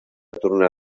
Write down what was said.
tornar